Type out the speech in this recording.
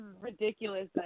ridiculous